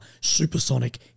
supersonic